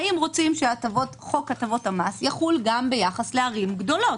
האם רוצים שחוק הטבות המס יחול גם ביחס לערים גדולות.